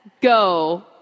go